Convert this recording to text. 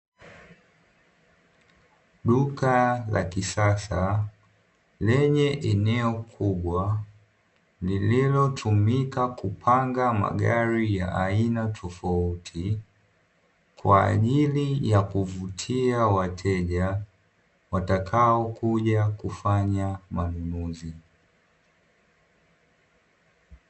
Duka la kisasa lenye eneo kubwa lililotumika kupanga magari ya aina tofauti, kwa ajili ya kuvutia wateja watakaokuja kufanya manunuzi.